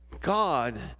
God